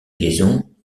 liaison